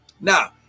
Now